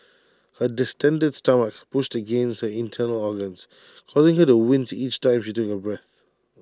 her distended stomach pushed against her internal organs causing her to wince each time she took A breath